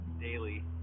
daily